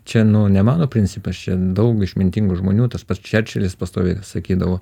čia nu ne mano principas čia daug išmintingų žmonių tas pats čerčilis pastoviai sakydavo